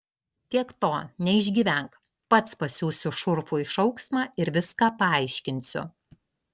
tiek to neišgyvenk pats pasiųsiu šurfui šauksmą ir viską paaiškinsiu